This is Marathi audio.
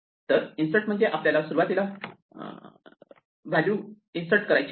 तर इन्सर्ट म्हणजे आपल्याला सुरुवातीला व्हॅल्यू करायची आहे